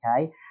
okay